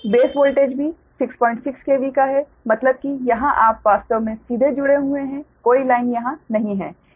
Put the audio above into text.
तो base voltage भी 66 KV का है मतलब कि यहां आप वास्तव में सीधे जुड़े हुए हैं कोई लाइन यहां नहीं है